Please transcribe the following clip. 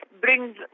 brings